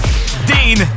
Dean